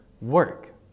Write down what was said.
work